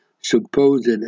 supposed